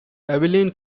abilene